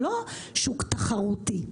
הוא לא שוק תחרותי.